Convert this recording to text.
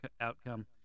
outcome